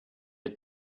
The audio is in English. had